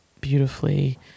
beautifully